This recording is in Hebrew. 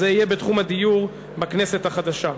זה יהיה בתחום הדיור בכנסת החדשה.